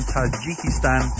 Tajikistan